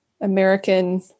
American